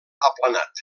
aplanat